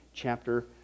Chapter